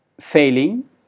failing